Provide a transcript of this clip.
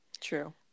True